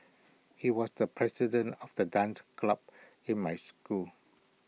he was the president of the dance club in my school